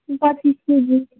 पच्चिस केजी